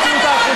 אל תזיזו אותנו.